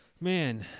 Man